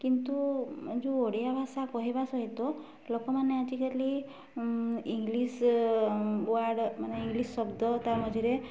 କିନ୍ତୁ ଯେଉଁ ଓଡ଼ିଆ ଭାଷା କହିବା ସହିତ ଲୋକମାନେ ଆଜିକାଲି ଇଂଲିଶ ୱାର୍ଡ଼ ମାନେ ଇଂଲିଶ ଶବ୍ଦ ତା ମଝିରେ